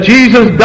Jesus